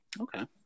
okay